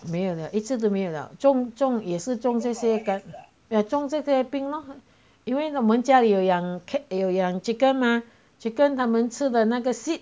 没有了一直都没有了中中也是中这些中这些病 lor 因为他们家里有养 cat 有养 chicken mah chicken 他们吃的那个 seed